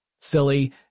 silly